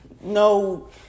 no